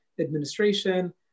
administration